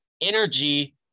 Energy